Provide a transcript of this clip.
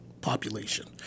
population